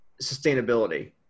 sustainability